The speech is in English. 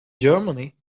germany